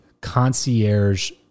concierge